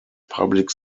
public